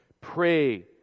Pray